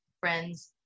friends